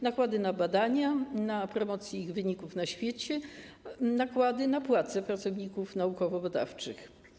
Nakłady na badania, na promocję ich wyników na świecie, nakłady na płace pracowników naukowo-badawczych.